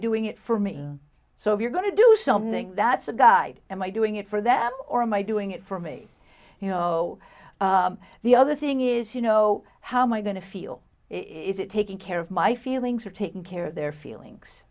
doing it for me so if you're going to do something that's a guide am i doing it for that or am i doing it for me you know the other thing is you know how my going to feel it taking care of my feelings or taking care of their